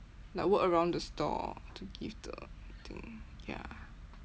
like walk around the store to give the thing ya